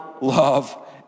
love